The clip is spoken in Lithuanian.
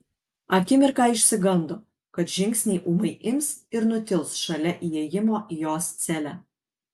akimirką išsigando kad žingsniai ūmai ims ir nutils šalia įėjimo į jos celę